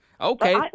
okay